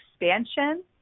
expansion